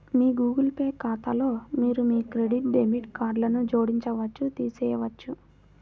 మీ Google Pay ఖాతాలో మీరు మీ క్రెడిట్, డెబిట్ కార్డ్లను జోడించవచ్చు, తీసివేయవచ్చు